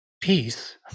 peace